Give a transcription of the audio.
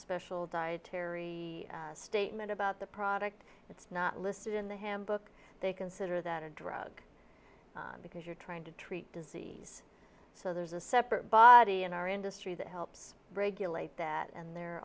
special dietary statement about the product it's not listed in the handbook they consider that a drug because you're trying to treat disease so there's a separate body in our industry that helps break that and they're